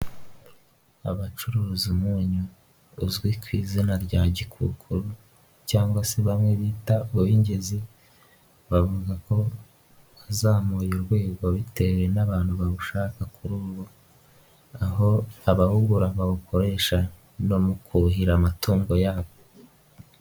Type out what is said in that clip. Abacuruza umunyu uzwi ku izina rya gikukuru, cyangwa se bamwe bita uw'ingezi bavuga ko wazamuye urwego, bitewe n'abantu bawushaka kuri ubu, aho abawugu ko bawukoresha no mukuhira amatungo yabo.